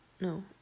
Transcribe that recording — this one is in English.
no